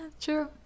true